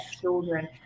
children